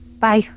Bye